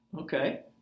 Okay